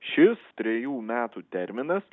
šis trejų metų terminas